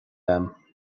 agam